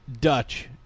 dutch